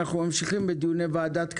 אנחנו ממשיכים בדיוני ועדת הכלכלה.